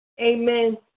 Amen